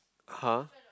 [huh]